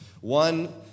One